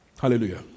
Hallelujah